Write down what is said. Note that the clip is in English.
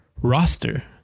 roster